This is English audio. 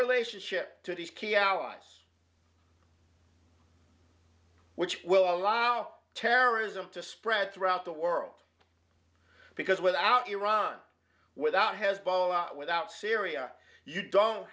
relationship to these key allies which will allow terrorism to spread throughout the world because without iran without hezbollah without syria you don't